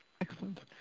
Excellent